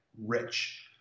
rich